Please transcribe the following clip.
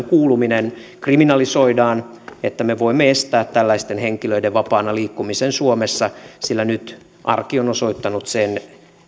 kuuluminen kriminalisoidaan että me voimme estää tällaisten henkilöiden vapaana liikkumisen suomessa sillä nyt arki on osoittanut sen